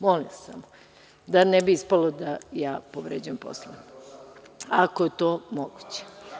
Molim vas, da ne bi ispalo da ja povređujem Poslovnik, ako je to moguće.